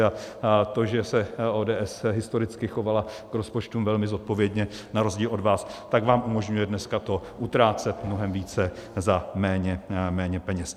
A to, že se ODS historicky chovala k rozpočtům velmi zodpovědně na rozdíl od vás, vám umožňuje dneska to utrácet mnohem více za méně peněz.